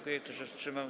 Kto się wstrzymał?